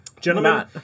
Gentlemen